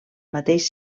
mateix